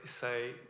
say